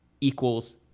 equals